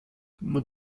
man